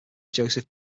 joseph